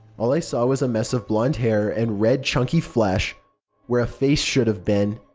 all i saw was a mess of blonde hair and red, chunky flesh where a face should have been.